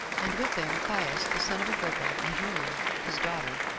and with them caius, the son of agrippa, and julia his daughter,